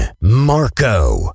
Marco